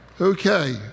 Okay